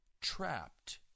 trapped